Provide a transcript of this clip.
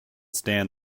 stand